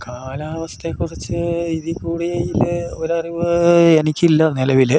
കാലാവസ്ഥയെ കുറിച്ചു ഇതിൽ കൂടുതൽ ല് ഒരു അറിവ് എനിക്ക് ഇല്ല നിലവിൽ